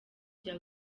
bya